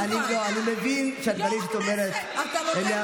טלי, היא לא הגיעה אלייך לשיעור נימוסים, פשוט.